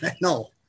no